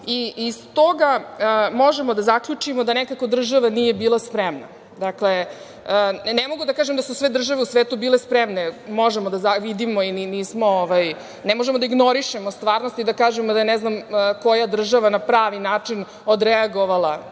i iz toga možemo da zaključimo da nekako država nije bila spremna. Dakle, ne mogu da kažem da su sve države u svetu bile spremne. Možemo da vidimo… Ne možemo da ignorišemo stvarnost i da kažemo da je ne znam koja država na pravi način odreagovala